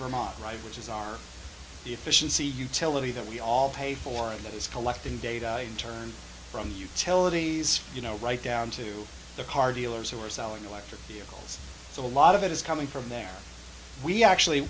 vermont right which is our efficiency utility that we all pay for and that is collecting data in turn from utilities you know right down to the car dealers who are selling electric vehicles so a lot of it is coming from there we actually